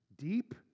Deep